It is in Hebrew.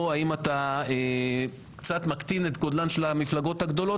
או האם אתה קצת מקטין את גודלן של המפלגות הגדולות,